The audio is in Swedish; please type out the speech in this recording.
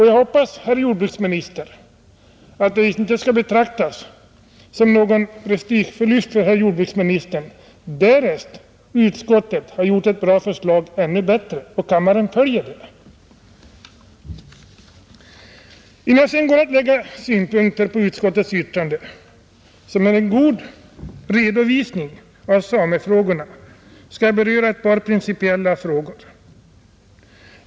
Jag hoppas också, herr jordbruksminister, att det inte skall betraktas som någon prestigeförlust för herr jordbruksministern därest utskottet har gjort ett bra förslag ännu bättre och kammaren följer det. Innan jag anför synpunkter på utskottets yttrande, som är en god redovisning av samefrågorna, skall jag beröra ett par principiella frågor.